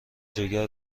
جگر